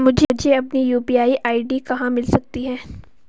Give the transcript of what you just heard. मुझे अपनी UPI ID कहां मिल सकती है?